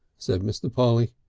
said mr. polly.